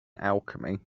alchemy